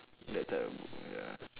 that type of book mm ya